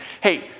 hey